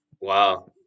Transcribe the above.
Wow